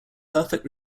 perfect